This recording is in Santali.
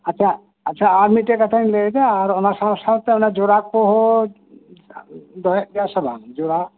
ᱟᱪᱪᱷᱟ ᱟᱪᱪᱷᱟ ᱟᱨ ᱢᱤᱴᱮᱡ ᱠᱟᱛᱷᱟᱧ ᱞᱟᱹᱭ ᱮᱫᱟ ᱚᱱᱟ ᱥᱟᱶ ᱥᱟᱶᱛᱮ ᱚᱱᱟ ᱡᱚᱨᱟ ᱠᱚᱦᱚᱸ ᱫᱚᱦᱚᱭᱮᱫ ᱜᱮᱭᱟ ᱥᱮ ᱵᱟᱝ ᱡᱚᱨᱟ